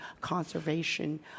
conservation